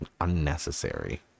unnecessary